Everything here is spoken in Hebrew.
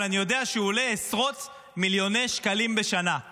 אבל אני יודע שהוא עולה עשרות מיליוני שקלים בשנה,